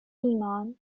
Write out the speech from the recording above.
ایمان